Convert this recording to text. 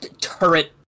turret